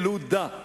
י-ל-ו-ד-ה.